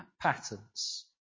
patterns